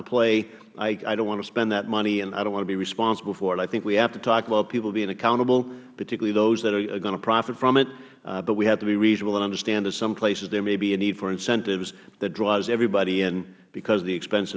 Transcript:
to play i don't want to spend that money and i don't want to be responsible for it i think we have to talk about people being accountable particularly those that will profit from it but we have to reasonable and understand that in some places there may be need for incentives that draws in everyone because of the expense